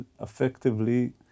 effectively